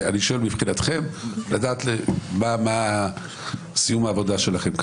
אני שואל מבחינתכם, מה עושים עם העבודה שלכם?